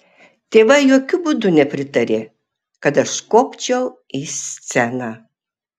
tėvai jokiu būdu nepritarė kad aš kopčiau į sceną